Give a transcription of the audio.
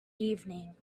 evening